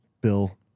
bill